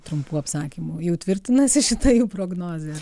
trumpų apsakymų jau tvirtinasi šita jų prognozė ar